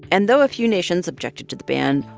and though a few nations objected to the ban,